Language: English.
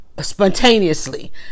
spontaneously